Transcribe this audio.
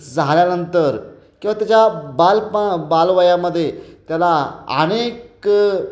झाल्यानंतर किंवा त्याच्या बालप बालवयामध्ये त्याला अनेक